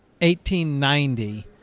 1890